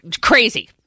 crazy